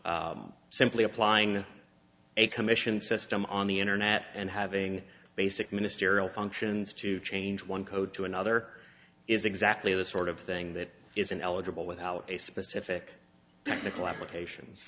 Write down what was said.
alice simply applying a commission system on the internet and having basic ministerial functions to change one code to another is exactly the sort of thing that isn't eligible without a specific technical application